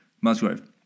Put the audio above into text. Musgrove